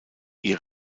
ihr